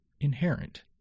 inherent